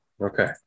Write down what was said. Okay